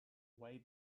way